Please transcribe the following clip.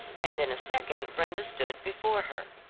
and in a second brenda stood before her.